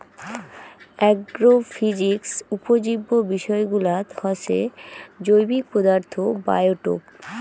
agrophysics উপজীব্য বিষয়গুলাত হসে জৈবিক পদার্থ, বায়োটোপ